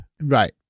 Right